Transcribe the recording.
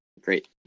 great